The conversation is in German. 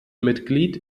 mitglied